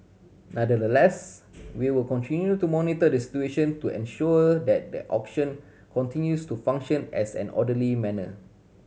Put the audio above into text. nonetheless we will continue to monitor the situation to ensure that the auction continues to function as an orderly manner